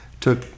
took